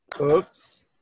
Oops